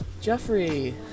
Jeffrey